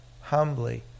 humbly